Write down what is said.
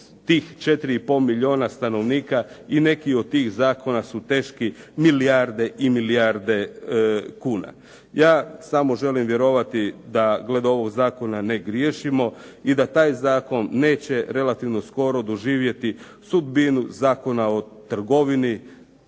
i pol milijona stanovnika i neki od tih zakona su teški milijarde i milijarde kuna. Ja samo želim vjerovati da glede ovog zakona ne griješimo i da taj zakon neće relativno skoro doživjeti sudbinu Zakona o trgovini,